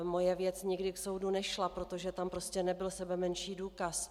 Moje věc nikdy k soudu nešla, protože tam prostě nebyl sebemenší důkaz.